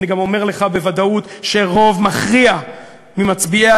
אני גם אומר לך בוודאות שרוב מכריע ממצביעי